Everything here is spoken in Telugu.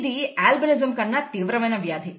ఇది అల్బినిజం కన్నా తీవ్రమైన వ్యాధి